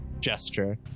gesture